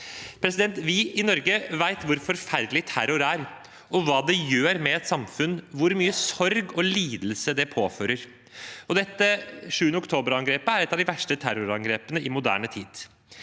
gislene. Vi i Norge vet hvor forferdelig terror er, hva det gjør med et samfunn, og hvor mye sorg og lidelse det påfører. Angrepet 7. oktober er et av de verste terrorangrepene i moderne tid.